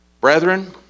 Brethren